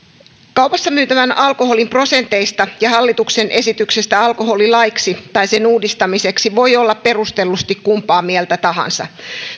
kaupassa myytävän alkoholin prosenteista ja hallituksen esityksestä alkoholilaiksi tai sen uudistamiseksi voi olla perustellusti kumpaa mieltä tahansa